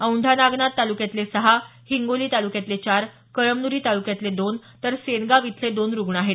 औंढा नागनाथ तालुक्यातले सहा हिंगोली तालुक्यातले चार कळमनुरी तालुक्यातले दोन तर सेनगाव इथले दोन रुग्ण आहेत